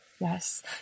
Yes